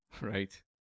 Right